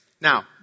Now